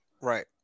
Right